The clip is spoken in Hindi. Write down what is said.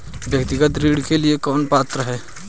व्यक्तिगत ऋण के लिए कौन पात्र है?